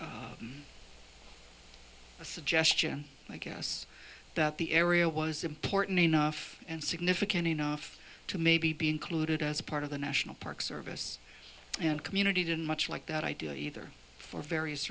was a suggestion i guess that the area was important enough and significant enough to maybe be included as part of the national park service and community didn't much like that idea either for various